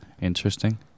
Interesting